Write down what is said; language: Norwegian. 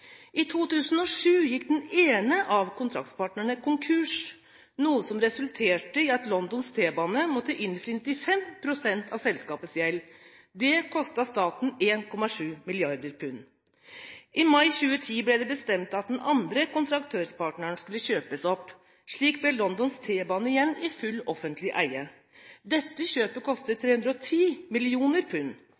I 2007 gikk den ene av kontraktspartnerne konkurs, noe som resulterte i at Londons T-bane måtte innfri 95 pst. av selskapets gjeld. Det kostet staten 1,7 mrd. pund. I mai 2010 ble det bestemt at den andre kontraktørpartneren skulle kjøpes opp, og slik ble Londons T-bane igjen i full offentlig eie. Dette kjøpet kostet 310